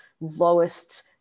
lowest